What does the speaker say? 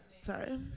Sorry